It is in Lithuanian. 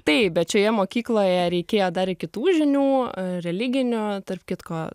taip bet šioje mokykloje reikėjo dar ir kitų žinių religinių tarp kitko